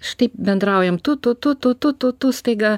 štai bendraujam tu tu tu tu tu tu tu staiga